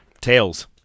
Tails